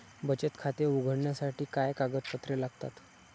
बचत खाते उघडण्यासाठी काय कागदपत्रे लागतात?